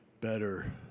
better